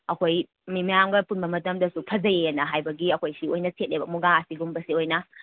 ꯑꯩꯈꯣꯏ ꯃꯤ ꯃꯌꯥꯝꯒ ꯄꯨꯟꯕ ꯃꯇꯝꯗꯁꯨ ꯐꯖꯩꯌꯦꯅ ꯍꯥꯏꯕꯒꯤ ꯑꯩꯈꯣꯏ ꯁꯤ ꯑꯣꯏꯅ ꯁꯦꯠꯂꯦꯕ ꯃꯨꯒꯥ ꯑꯁꯤꯒꯨꯝꯕꯁꯦ ꯑꯣꯏꯅ